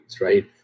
right